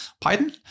Python